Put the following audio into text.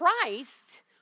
christ